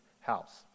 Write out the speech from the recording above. House